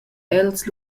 els